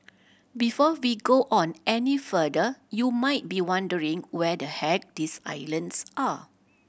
before we go on any further you might be wondering where the heck these islands are